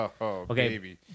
Okay